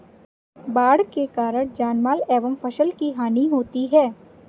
बाढ़ के कारण जानमाल एवं फसल की हानि होती है